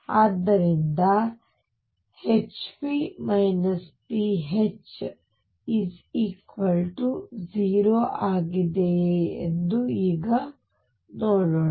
ಆದ್ದರಿಂದ Hp pH 0 ಆಗಿದೆಯೇ ಎಂದು ಈಗ ನೋಡೋಣ